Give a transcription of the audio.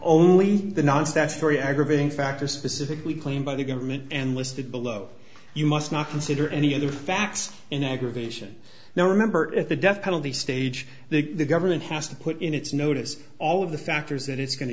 only the non statutory aggravating factors specifically claimed by the government and listed below you must not consider any other facts in aggravation now remember if the death penalty stage the government has to put in its notice all of the factors that it's going to